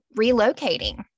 relocating